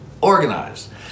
Organized